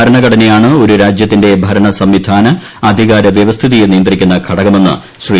ഭരണഘടനയാണ് ഒരു രാജ്യത്തിന്റെ ഭരണ്ണസംവിധാന അധികാര വൃവസ്ഥിതിയെ നിയന്ത്രിക്കുന്ന ഘടക്ക്ക്മെന്ന് ശ്രീ